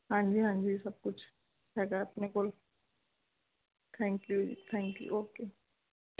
ਹਾਂਜੀ ਹਾਂਜੀ ਸਭ ਕੁਛ ਹੈਗਾ ਆਪਣੇ ਕੋਲ ਥੈਂਕਿਊ ਜੀ ਥੈਂਕਿਊ ਓਕੇ